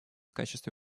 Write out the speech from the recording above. качестве